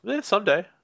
Someday